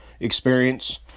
experience